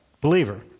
believer